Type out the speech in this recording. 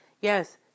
yes